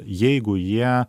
jeigu jie